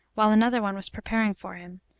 while another one was preparing for him,